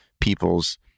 people's